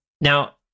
now